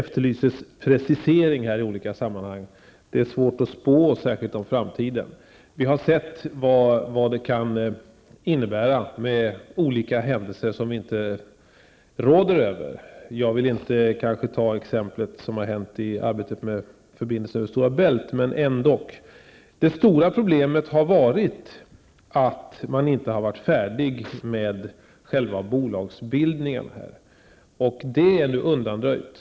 Herr talman! Preciseringar i olika sammanhang efterlystes. Det är svårt att spå, särskilt om framtiden. Vi har sett att saker kan inträffa som vi inte råder över. Jag vill kanske inte såsom exempel ta det som hände med arbetet med Stora Bältförbindelsen. Det stora problemet är att man inte har varit färdig med själva bolagsbildningen. Detta problem är nu undanröjt.